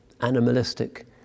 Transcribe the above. animalistic